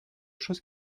chose